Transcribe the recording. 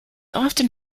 often